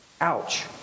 Ouch